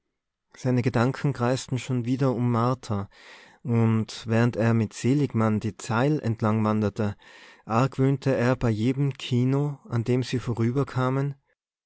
seine gedanken kreisten schon wieder um martha und während er mit seligmann die zeil entlangwanderte argwöhnte er bei jedem kino an dem sie vorüberkamen